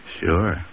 Sure